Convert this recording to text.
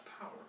power